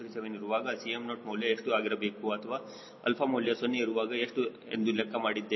237 ಇರುವಾಗ Cm0 ಮೌಲ್ಯ ಎಷ್ಟು ಆಗಿರಬೇಕು ಅಥವಾ 𝛼 ಮೌಲ್ಯ 0 ಇರುವಾಗ ಎಷ್ಟು ಎಂದು ಲೆಕ್ಕ ಮಾಡಿದ್ದೇವೆ